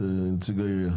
זה הכי טוב.